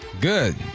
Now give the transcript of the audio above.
Good